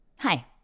Hi